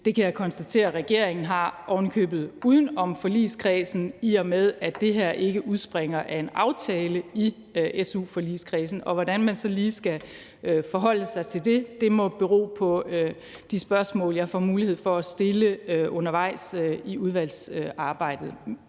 Det kan jeg konstatere regeringen har, ovenikøbet uden om forligskredsen, i og med at det her ikke udspringer af en aftale i su-forligskredsen. Og hvordan man så lige skal forholde sig til det, må bero på de spørgsmål, jeg får mulighed for at stille undervejs i udvalgsarbejdet.